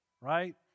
right